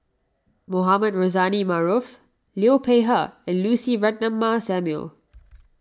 Mohamed Rozani Maarof Liu Peihe and Lucy Ratnammah Samuel